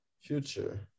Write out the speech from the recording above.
Future